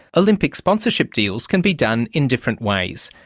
olympic sponsorship deals can be done in different ways.